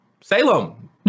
Salem